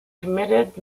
committed